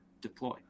deploy